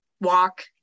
walk